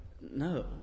No